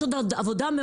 יש עוד הרבה עבודה,